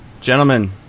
Gentlemen